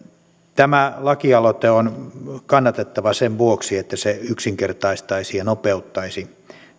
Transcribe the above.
tämä lakialoite on kannatettava sen vuoksi että se yksinkertaistaisi ja nopeuttaisi